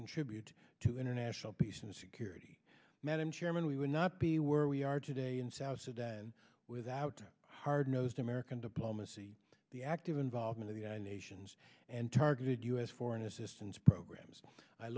can tribute to international peace and security madam chairman we would not be where we are today in south sudan without hard nosed american diplomacy the active involvement of united nations and targeted u s foreign assistance programs i